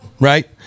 right